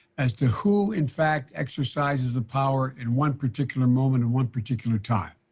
as to who, in fact, exercises the power in one particular moment, in one particular time,